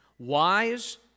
wise